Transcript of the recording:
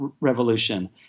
revolution